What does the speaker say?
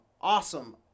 awesome